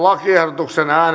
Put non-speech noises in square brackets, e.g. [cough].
[unintelligible] lakiehdotus